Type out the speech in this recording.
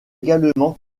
également